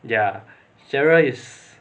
ya cheryl is